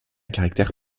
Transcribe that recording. caractère